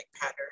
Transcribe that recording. pattern